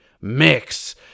Mix